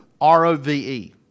R-O-V-E